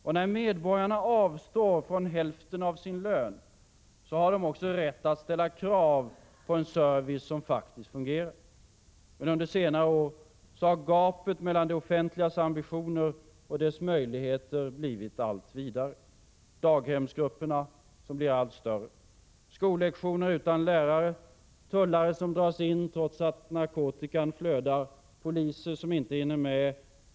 Och när medborgarna avstår från hälften av sin lön, har de också rätt att ställa krav på en service som faktiskt fungerar. Men under senare år har gapet mellan det offentligas ambitioner och dess möjligheter blivit allt vidare. Daghemsgrupperna blir allt större. Skollektioner hålls utan lärare. Tullare dras in trots att narkotikan flödar. Poliser hinner inte med allt arbete.